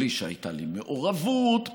בלי שהייתה לי מעורבות,